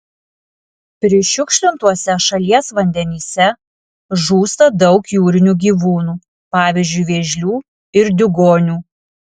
prišiukšlintuose šalies vandenyse žūsta daug jūrinių gyvūnų pavyzdžiui vėžlių ir diugonių